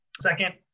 Second